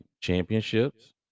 championships